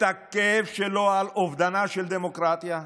את הכאב שלו על אובדנה של דמוקרטיה?